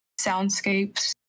soundscapes